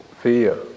fear